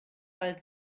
fall